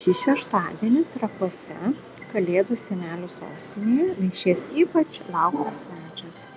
šį šeštadienį trakuose kalėdų senelių sostinėje viešės ypač lauktas svečias